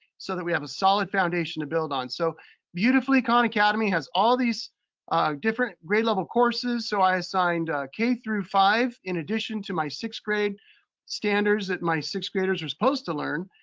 so that we have a solid foundation to build on. so beautifully, khan academy has all these different grade level courses, so i assigned k through five in addition to my sixth grade standards that my sixth graders were suppose to learn.